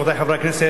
רבותי חברי הכנסת,